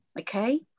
okay